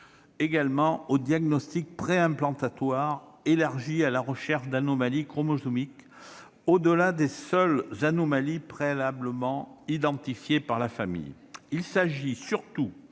favorable au diagnostic préimplantatoire élargi à la recherche d'anomalies chromosomiques au-delà des seules anomalies préalablement identifiées dans la famille. Comme l'a indiqué